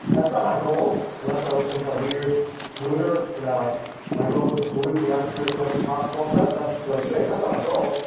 that's not my goal, unless i was some kind of weird polluter and you know like my goal was to pollute the atmosphere as much as possible, but that sounds really strange. that's not my goal.